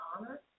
Honor